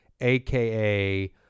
aka